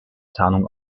tarnung